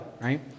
right